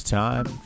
time